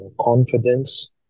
confidence